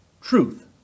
truth